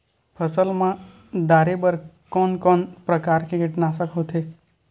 फसल मा डारेबर कोन कौन प्रकार के कीटनाशक होथे?